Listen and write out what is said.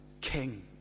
king